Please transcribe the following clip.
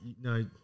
No